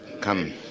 Come